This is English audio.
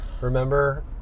Remember